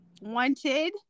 wanted